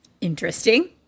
Interesting